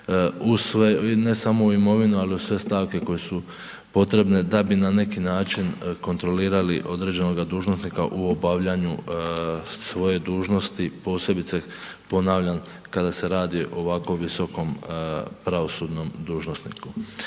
ne samo u imovinu, al u sve stavke koje su potrebe da bi na neki način kontrolirali određenoga dužnosnika u obavljanju svoje dužnosti, posebice ponavljam, kada se radi o ovako visokom pravosudnom dužnosniku.